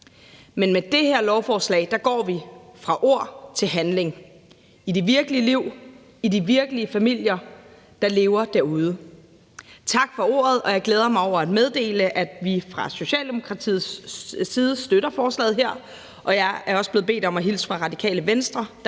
Men med det her lovforslag går vi fra ord til handling i det virkelige liv, i de virkelige familier, der lever derude, og jeg glæder mig over at kunne meddele, at vi fra Socialdemokratiets side støtter forslaget her, og jeg er også blevet bedt om at hilse fra Radikale Venstre